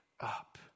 up